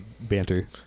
banter